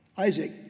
Isaac